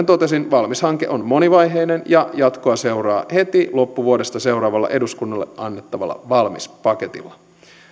totesin valmis hanke on monivaiheinen ja jatkoa seuraa heti loppuvuodesta seuraavalle eduskunnalle annettavalla valmis paketilla